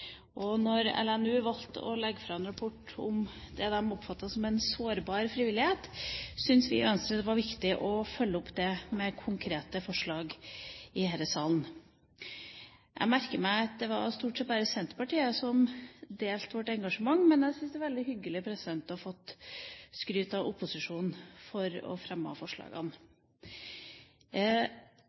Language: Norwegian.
Og når Landsrådet for Norges barne- og ungdomsorganisasjoner, LNU, valgte å legge fram en rapport om det de oppfattet som en sårbar frivillighet, syns vi i Venstre det var viktig å følge det opp med konkrete forslag i denne salen. Jeg merket meg at det stort sett bare var Senterpartiet som delte vårt engasjement. Men jeg syns det er veldig hyggelig å ha fått skryt av opposisjonen for å ha fremmet forslagene,